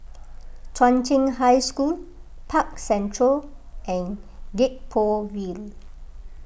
Chung Cheng High School Park Central and Gek Poh Ville